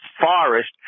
forest